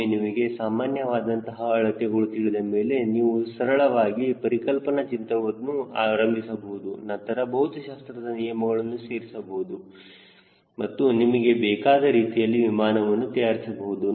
ಒಮ್ಮೆ ನಿಮಗೆ ಸಾಮಾನ್ಯ ವಾದಂತಹ ಅಳತೆಗಳು ತಿಳಿದಮೇಲೆ ನೀವು ಸರಳವಾಗಿ ಪರಿಕಲ್ಪನಾ ಚಿತ್ರವನ್ನು ಆರಂಭಿಸಬಹುದು ನಂತರ ಭೌತಶಾಸ್ತ್ರದ ನಿಯಮಗಳನ್ನು ಸೇರಿಸಬಹುದು ಮತ್ತು ನಿಮಗೆ ಬೇಕಾದ ರೀತಿಯಲ್ಲಿ ವಿಮಾನವನ್ನು ತಯಾರಿಸಬಹುದು